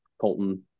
Colton